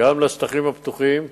גם לשטחים הפתוחים,